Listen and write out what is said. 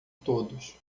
todos